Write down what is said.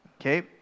okay